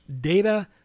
data